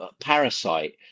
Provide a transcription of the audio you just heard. parasite